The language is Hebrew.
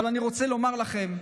אבל אני רוצה לומר לכם: